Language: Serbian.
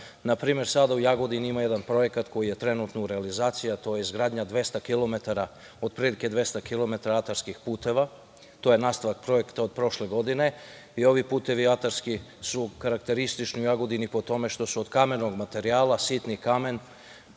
primer, sada u Jagodini ima jedan projekat koji je trenutno u realizaciji, a to je izgradnja otprilike 200 kilometara atarskih puteva. To je nastavak projekta od prošle godine. Ovi atarski putevi su karakteristični u Jagodini po tome što su od kamenog materijala, sitni kamen,